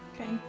Okay